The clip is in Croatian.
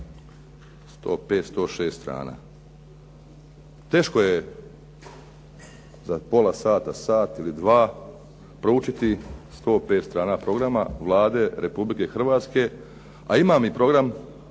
105, 106 strana. Teško je za pola sata, sat ili dva proučiti 105 strana programa Vlade Republike Hrvatske a imam i program